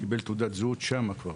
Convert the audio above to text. קיבל תעודת זהות כבר שם.